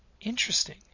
interesting